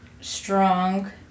strong